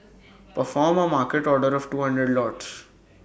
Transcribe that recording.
perform A market order of two hundred lots